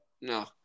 No